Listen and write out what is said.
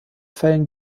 fällen